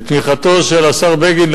בתמיכתו של השר בגין,